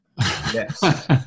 Yes